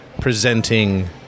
presenting